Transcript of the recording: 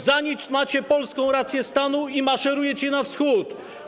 Za nic macie polską rację stanu i maszerujecie na Wschód.